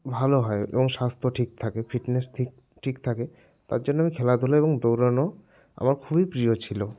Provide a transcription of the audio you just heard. ভালো হয় এবং স্বাস্থ্য ঠিক থাকে ফিটনেস ঠিক থাকে তার জন্য আমি খেলাধূলা এবং দৌড়ানো আমার খুবই প্রিয় ছিল